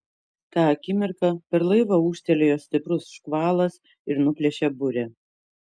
tą akimirką per laivą ūžtelėjo stiprus škvalas ir nuplėšė burę